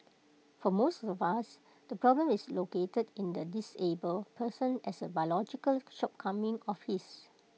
for most of us the problem is located in the disabled person as A biological shortcoming of his